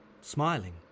smiling